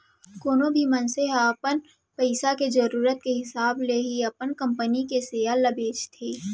कोनो भी मनसे ह अपन पइसा के जरूरत के हिसाब ले ही अपन कंपनी के सेयर ल बेचथे